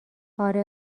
اره